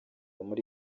muri